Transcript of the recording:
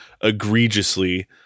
egregiously